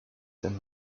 and